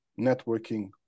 networking